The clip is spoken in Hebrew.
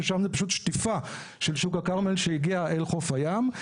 ששם זה פשוט שטיפה של שוק הכרמל שהגיעה אל חוף הים.